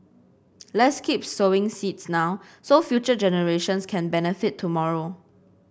let's keep sowing seeds now so future generations can benefit tomorrow